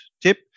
tip